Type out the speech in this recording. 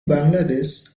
bangladesh